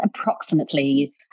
approximately